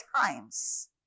times